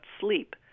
sleep